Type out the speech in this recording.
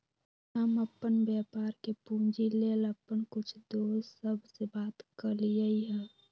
हम अप्पन व्यापार के पूंजी लेल अप्पन कुछ दोस सभ से बात कलियइ ह